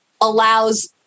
allows